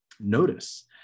notice